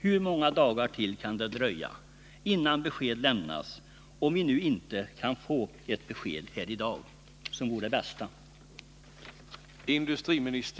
Hur många dagar till kan det dröja innan besked lämnas, om vi nu inte kan få ett besked här i dag? Det senare vore ju det bästa.